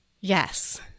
yes